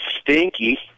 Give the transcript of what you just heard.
stinky